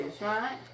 right